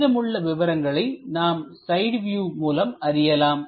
மீதமுள்ள விவரங்களை நாம் சைடு வியூ மூலம் அறியலாம்